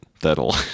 That'll